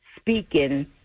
speaking